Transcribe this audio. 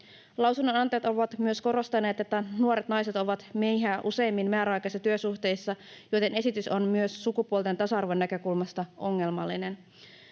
Lausunnonantajat ovat myös korostaneet, että nuoret naiset ovat miehiä useammin määräaikaisissa työsuhteissa, joten esitys on myös sukupuolten tasa-arvon näkökulmasta ongelmallinen.